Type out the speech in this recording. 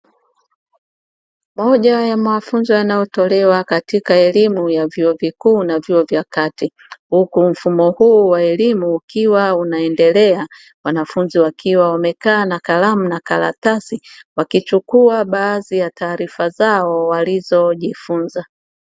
Moja ya mafunzo yanayotolewa katika elimu ya vyuo vikuu na vyuo vya kati, huku mfumo huu wa elimu ukiwa unaendelea, wanafunzi wakiwa wamekaa na kalamu na karatasi wakichukua baadhi ya taarifa zao walizojifunza.